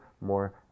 more